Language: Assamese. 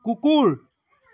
কুকুৰ